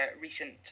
recent